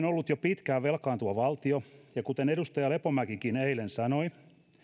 ollut jo pitkään velkaantuva valtio ja kuten edustaja lepomäkikin eilen sanoi